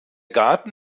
garten